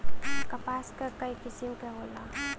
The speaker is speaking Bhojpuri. कपास क कई किसिम क होला